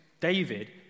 David